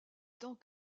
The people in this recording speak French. temps